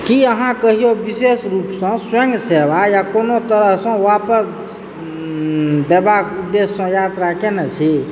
की अहाँ कहियो विशेष रूपसँ स्वयंसेवा या कोनो तरहसँ वापस देबाक उद्देश्यसँ यात्रा केने छी